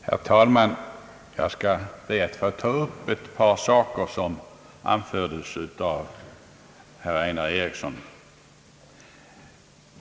Herr talman! Jag skall be att få ta upp ett par saker som anfördes av herr Einar Eriksson.